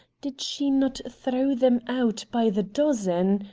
did she not throw them out by the dozen?